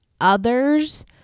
others